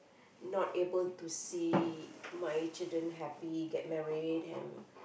not able to see my children happy get married and